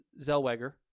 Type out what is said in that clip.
Zellweger